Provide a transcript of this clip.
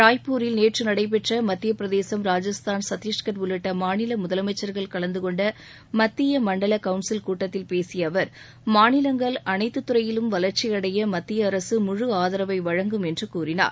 ராய்ப்பூரில் நேற்று நடைபெற்ற மத்தியபிரதேசும் ராஜஸ்தான் சத்தீஷ்கட் உள்ளிட்ட மாநில முதலமைச்சா்கள் கலந்துகொண்ட மத்திய மண்டல கவுன்சில் கூட்டத்தில் பேசிய அவா் மாநிலங்கள் அனைத்து துறையிலும் வளர்ச்சியடைய மத்திய அரசு முழு ஆதரவை வழங்கும் என்று கூறினார்